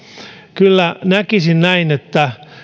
kyllä näkisin näin että